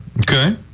Okay